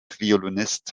violinist